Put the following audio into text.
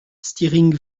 stiring